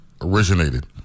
originated